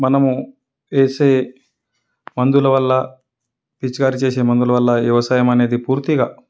మనము వేసే మందుల వల్ల పిచికారి చేసే మందుల వల్ల వ్యవసాయం అనేది పూర్తిగా